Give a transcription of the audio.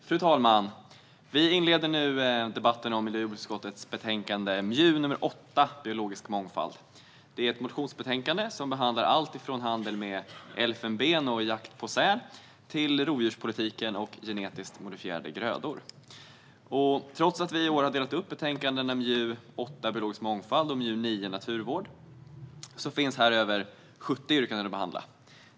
Fru talman! Vi inleder nu debatten om MJU8 Biologisk mångfald . Det är ett motionsbetänkande som behandlar allt ifrån handel med elfenben och jakt på säl till rovdjurspolitiken och genetiskt modifierade grödor. Trots att vi i år har delat upp betänkandena MJU8 om biologisk mångfald och MJU9 om naturvård finns här över 70 yrkanden att behandla.